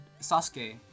Sasuke